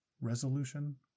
resolution